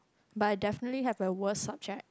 but I definitely have a worst subject